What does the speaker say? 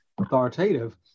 authoritative